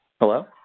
Hello